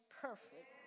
perfect